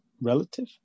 relative